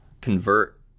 convert